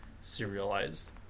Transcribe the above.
serialized